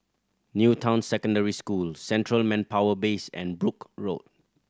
New Town Secondary School Central Manpower Base and Brooke Road